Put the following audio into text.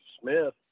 Smith